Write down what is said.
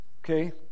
okay